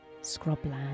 scrubland